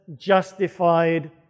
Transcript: justified